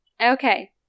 Okay